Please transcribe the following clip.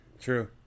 True